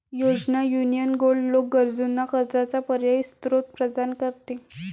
योजना, union gold loan गरजूंना कर्जाचा पर्यायी स्त्रोत प्रदान करते